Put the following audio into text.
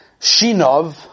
Shinov